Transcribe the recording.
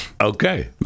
Okay